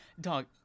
Dog